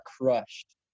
crushed